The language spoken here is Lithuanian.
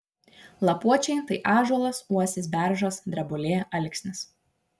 lapuočiai tai ąžuolas uosis beržas drebulė alksnis